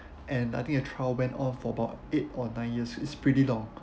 and I think a trial went on for about eight or nine years is pretty long